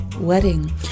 wedding